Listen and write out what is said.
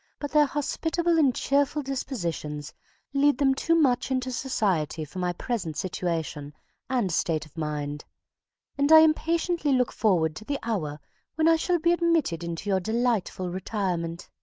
but their hospitable and cheerful dispositions lead them too much into society for my present situation and state of mind and i impatiently look forward to the hour when i shall be admitted into your delightful retirement.